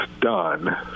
done